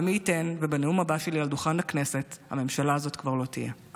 ומי ייתן ובנאום הבא שלי על דוכן הכנסת הממשלה הזאת כבר לא תהיה.